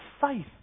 faith